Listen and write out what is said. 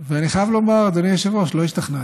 ואני חייב לומר, אדוני היושב-ראש, לא השתכנעתי.